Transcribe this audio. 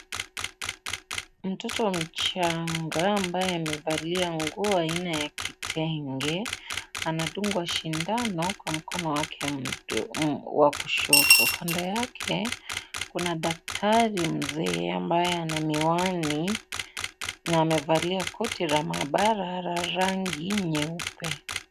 Mtoto mchanga ambaye amevalia nguo aina ya kitenge anadungwa shindano kwa mkono wake wa kushoto ,kando yake kuna daktari mzee ambaye ana miwani amevalia koti la maabara la rangi nyeupe.